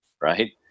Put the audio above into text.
right